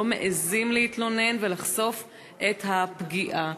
לא מעזים להתלונן ולחשוף את הפגיעה.